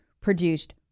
produced